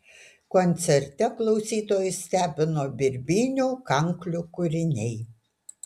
koncerte klausytojus stebino birbynių kanklių kūriniai